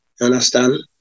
understand